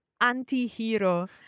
anti-hero